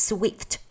Swift